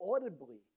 audibly